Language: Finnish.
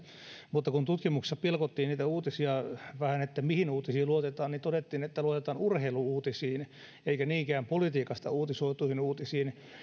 mutta kun tutkimuksessa pilkottiin niitä uutisia vähän että mihin uutisiin luotetaan niin todettiin että luotetaan urheilu uutisiin eikä niinkään politiikasta uutisoituihin uutisiin